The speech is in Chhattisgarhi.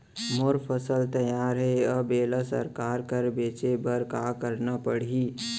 मोर फसल तैयार हे अब येला सरकार करा बेचे बर का करना पड़ही?